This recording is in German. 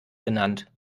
genannt